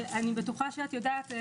ואני בטוחה שאת יודעת,